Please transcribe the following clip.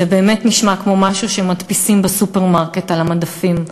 זה באמת יישמע כמו משהו שמדפיסים בסופרמרקט על המדפים.